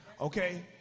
Okay